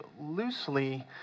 loosely